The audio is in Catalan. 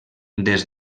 des